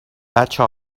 بچه